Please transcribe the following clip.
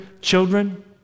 children